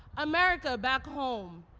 america, back home,